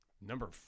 Number